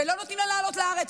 ולא נותנים לה לעלות לארץ.